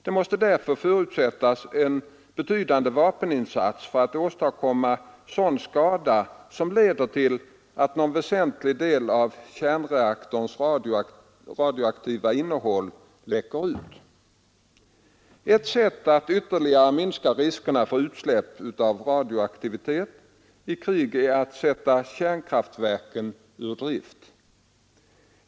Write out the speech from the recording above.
Man måste därför förutsätta en betydande vapeninsats för att det skall åstadkommas sådan skada som leder till att någon väsentlig del av kärnreaktorns radioaktiva innehåll läcker ut. Ett sätt att ytterligare minska riskerna för utsläpp av radioaktivitet i krig är att sätta kärnkraftverken ur drift.